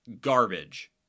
garbage